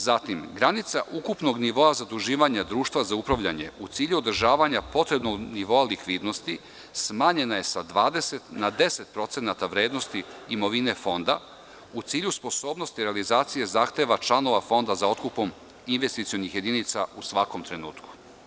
Zatim, granica ukupnog nivoa zaduživanja društva za upravljanje u cilju održavanje potrebnog nivoa likvidnosti smanjena je sa 20% na 10% vrednosti imovine fonda, u cilju sposobnosti realizacije zahteva članova fonda za otkupom investicionih jedinica u svakom trenutku.